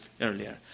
earlier